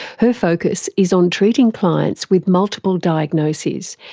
her focus is on treating clients with multiple diagnoses,